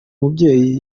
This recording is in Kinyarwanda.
mubyeyi